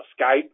Skype